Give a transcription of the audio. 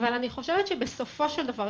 אבל אני חושבת שבסופו של דבר,